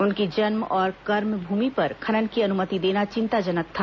उनकी जन्म और कर्म भूमि पर खनन की अनुमति देना चिंताजनक था